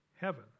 heaven